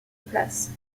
place